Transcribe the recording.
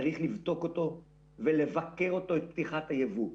צריך לבדוק אותו ולבקר את פתיחת הייבוא.